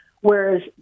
Whereas